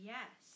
Yes